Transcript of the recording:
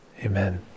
Amen